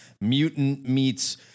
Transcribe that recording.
mutant-meets-